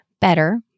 better